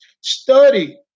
study